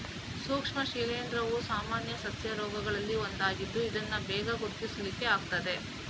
ಸೂಕ್ಷ್ಮ ಶಿಲೀಂಧ್ರವು ಸಾಮಾನ್ಯ ಸಸ್ಯ ರೋಗಗಳಲ್ಲಿ ಒಂದಾಗಿದ್ದು ಇದನ್ನ ಬೇಗ ಗುರುತಿಸ್ಲಿಕ್ಕೆ ಆಗ್ತದೆ